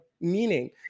meaning